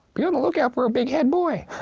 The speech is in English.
be on the look out for a big head boy.